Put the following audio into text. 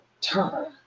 turn